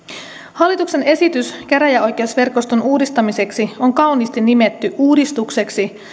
hallituksen esitys käräjäoikeusverkoston uudistamiseksi on kauniisti nimetty uudistukseksi